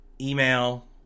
email